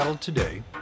Today